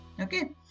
okay